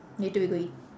later we go eat